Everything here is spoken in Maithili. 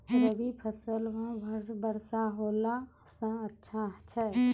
रवी फसल म वर्षा होला से अच्छा छै?